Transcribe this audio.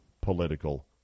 political